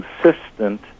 consistent